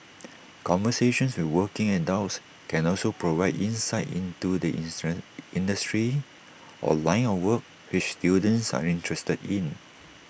conversations with working adults can also provide insight into the industry or line of work which students are interested in